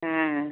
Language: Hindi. हाँ